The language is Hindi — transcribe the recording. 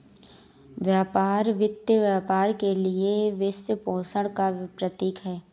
व्यापार वित्त व्यापार के लिए वित्तपोषण का प्रतीक है